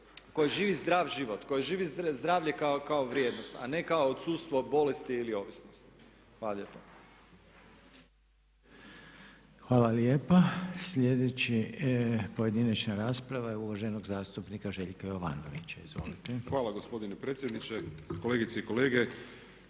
koje živi zdrav život, koji živi zdravlje kao vrijednost a ne kao odsustvo bolesti ili ovisnosti. Hvala lijepo. **Reiner, Željko (HDZ)** Hvala lijepa. Sljedeći pojedinačna rasprava je uvaženog zastupnika Željka Jovanovića. **Jovanović, Željko (SDP)** Hvala gospodine predsjedniče, kolegice i kolege.